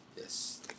Yes